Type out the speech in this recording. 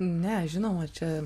ne žinoma čia